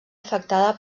afectada